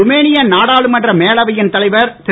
Romania நாடாளுமன்ற மேலவையின் தலைவர் திரு